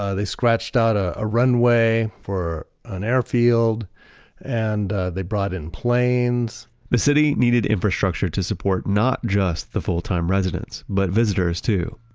ah they scratched out ah a runway for an airfield and they brought in planes the city needed infrastructure to support not just the full time residents, but visitors too.